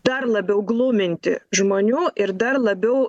dar labiau gluminti žmonių ir dar labiau